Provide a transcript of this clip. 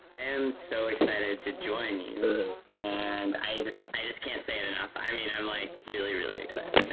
um so excited to join you and i just i just can't say it enough. i mean i'm like really, really excited.